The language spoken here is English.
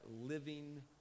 living